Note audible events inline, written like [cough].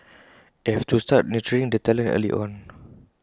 [noise] and you have to start nurturing the talent early on